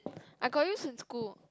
I got use in school